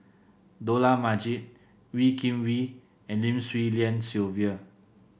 Dollah Majid Wee Kim Wee and Lim Swee Lian Sylvia